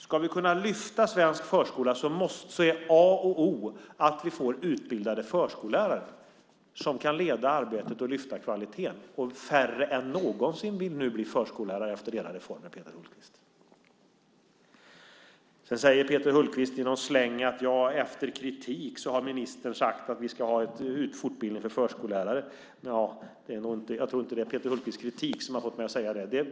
Om vi ska kunna lyfta svensk förskola är A och O att vi får utbildade förskollärare som kan leda arbetet och höja kvaliteten. Färre än någonsin vill nu bli förskollärare efter er reform, Peter Hultqvist. Sedan säger Peter Hultqvist i någon släng att ministern efter kritik har sagt att vi ska ha fortbildning för förskollärare. Jag tror inte att det är Peter Hultqvists kritik som har fått mig att säga det.